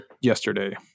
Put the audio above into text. yesterday